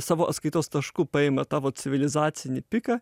savo atskaitos tašku paima tą vat civilizacinį piką